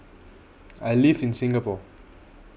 I live in Singapore